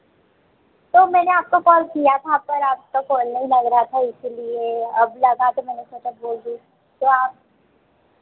तो मैंने आपको कॉल किया था पर आपका कॉल नहीं लग रहा था इसीलिए अब लगा तो मैंने सोचा बोल दूँ तो आप